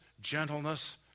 gentleness